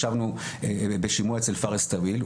ישבנו בשימוע אצל פארס טוויל,